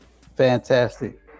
Fantastic